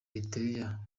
erythrea